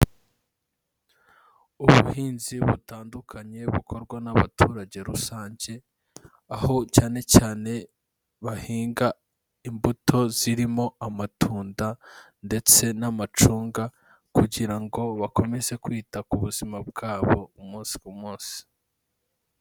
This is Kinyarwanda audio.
Ubuhinzi butandukanye bukorwa n'abaturage rusange, aho cyane cyane bahinga imbuto zirimo amatunda ndetse n'amacunga kugira ngo bakomeze kwita ku buzima bwabo umunsi ku munsi.